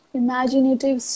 imaginative